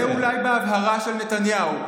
זה אולי בהבהרה של נתניהו.